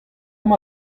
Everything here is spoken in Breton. emañ